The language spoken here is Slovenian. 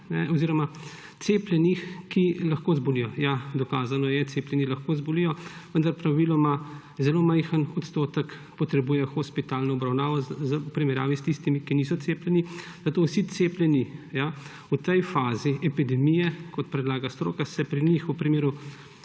tiče cepljenih, ki lahko zbolijo. Ja, dokazano je, cepljeni lahko zbolijo, vendar praviloma zelo majhen odstotek potrebuje hospitalno obravnavo v primerjavi s tistimi, ki niso cepljeni. Zato se pri vseh cepljenh v tej fazi epidemije, kot predlaga stroka, v primeru